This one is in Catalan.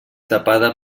tapada